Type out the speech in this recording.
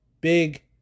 big